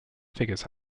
figures